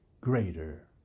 greater